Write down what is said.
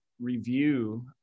review